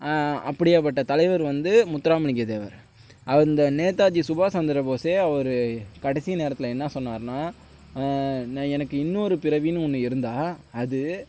அப்டியாப்பட்ட தலைவர் வந்து முத்துராமலிங்க தேவர் அந்த நேதாஜி சுபாஷ் சந்திர போஸ் அவர் கடைசி நேரத்தில் என்ன சொன்னாருன்னா நா எனக்கு இன்னொரு பிறவின்னு ஒன்று இருந்தால் அது